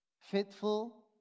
faithful